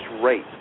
rate